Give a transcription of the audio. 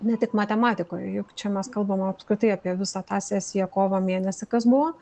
ne tik matematikoje juk čia mes kalbame apskritai apie visą tą sesiją kovo mėnesį kas buvo